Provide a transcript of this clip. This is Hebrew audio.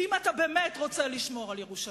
כי אם אתה באמת רוצה לשמור על ירושלים,